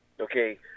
Okay